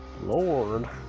lord